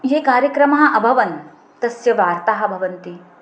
ये कार्यक्रमाः अभवन् तस्य वार्ताः भवन्ति